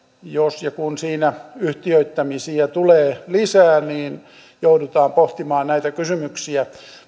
jos ja kun siinä yhtiöittämisiä tulee lisää niin joudutaan pohtimaan näitä kysymyksiä